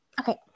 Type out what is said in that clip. okay